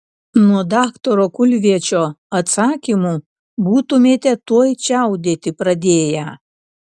nuo daktaro kulviečio atsakymų būtumėte tuoj čiaudėti pradėję